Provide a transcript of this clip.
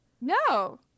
no